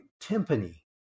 timpani